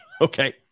Okay